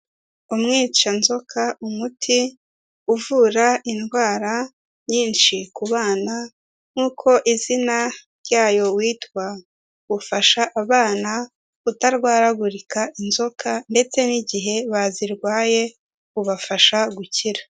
Umwicanzoka umuti uvura indwara nyinshi ku bana nk'uko izina ryayo witwa, ufasha abana kutarwaragurika inzoka ndetse n'igihe bazirwaye ubafasha gukira.